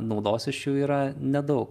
naudos iš jų yra nedaug